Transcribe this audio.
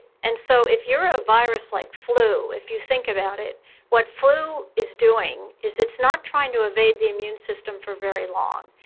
and so if you're a virus like flu if you think about it what flu is doing is it's not trying to evade the immune system for very long.